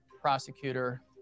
prosecutor